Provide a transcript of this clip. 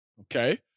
Okay